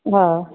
हा